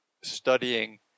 studying